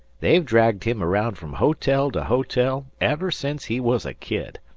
they've dragged him around from hotel to hotel ever since he was a kid.